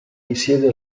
risiede